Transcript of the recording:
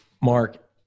Mark